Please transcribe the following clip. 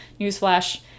Newsflash